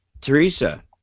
Teresa